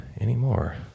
anymore